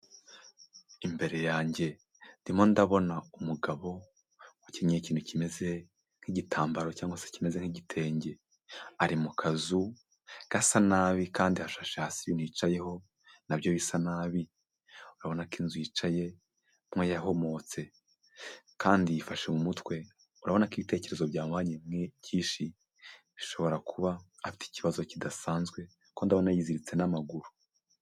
Imbere yanjye ndimo ndabona umugabo ukenyeye ikintu kimeze nk'igitambaro cyangwa se kimeze nk'igitenge. Ari mu kazu gasa nabi, kandi hashashe hasi ibintu yicayeho na byo bisa nabi, urabona ko inzu yicayemo yahomotse, kandi yifashe mu mutwe, urabona ko ibitekerezo byamubanye byinshi, ashobora kuba afite ikibazo kidasanzwe kuko ndabona yiziritse n'amaguru.